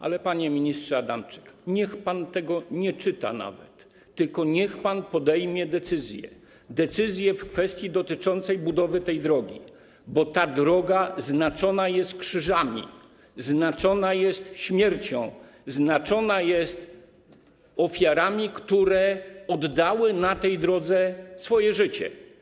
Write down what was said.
Ale, panie ministrze Adamczyk, niech pan tego nawet nie czyta, tylko niech pan podejmie decyzję, decyzję w kwestii dotyczącej budowy tej drogi, bo ta droga znaczona jest krzyżami, znaczona jest śmiercią, znaczona jest ofiarami, które oddały na tej drodze swoje życie.